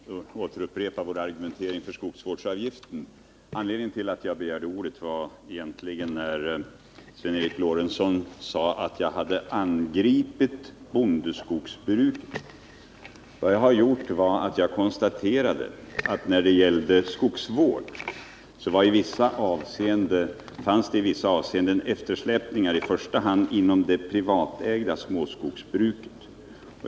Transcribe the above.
Herr talman! Jag skall inte upprepa vår argumentering för skogsvårdsavgiften. Anledningen till att jag begärde ordet var egentligen att Sven Eric Lorentzon sade att jag hade angripit bondeskogsbruket. Vad jag gjorde var att jag konstaterade att det när det gäller skogsvård i vissa avseenden finns eftersläpningar, i första hand inom det privatägda småskogsbruket.